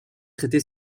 traité